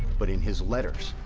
but in his letters,